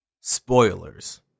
Spoilers